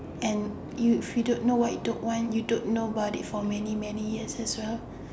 and you if you don't know what you don't want you don't know about it for many many years as well